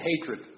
hatred